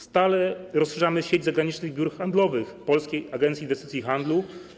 Stale rozszerzamy sieć zagranicznych biur handlowych Polskiej Agencji Inwestycji i Handlu.